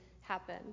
happen